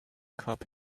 cup